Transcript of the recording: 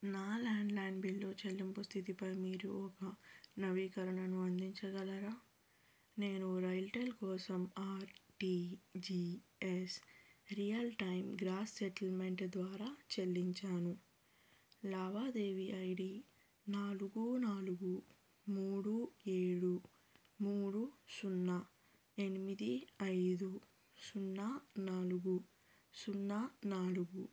నా landline bill చెల్లింపు స్థితిపై మీరు ఒక నవీకరణను అందించగలరా నేను రైల్టెల్ కోసం R T G S real time gross settlement ద్వారా చెల్లించాను లావాదేవీ ఐ డి నాలుగు నాలుగు మూడు ఏడు మూడు సున్నా ఎనిమిది ఐదు సున్నా నాలుగు సున్నా నాలుగు